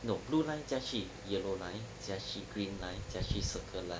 no blue line 再去 yellow line 再去 green line 再去 circle line